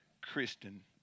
Christian